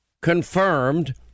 confirmed